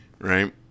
right